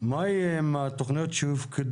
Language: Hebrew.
מה יהיה עם התכניות שהופקדו,